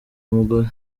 umugore